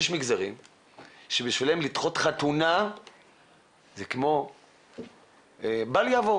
יש מגזרים שבשבילם לדחות חתונה זה בל יעבור